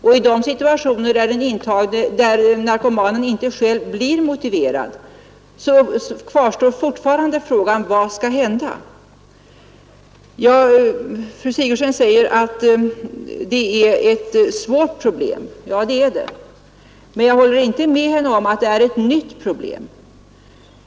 Och i de situationer där narkomanen inte själv blir motiverad kvarstår fortfarande frågan: Vad skall hända? Fru Sigurdsen säger att detta är ett svårt problem, och det är det. Men jag håller inte med om att problemet är nytt.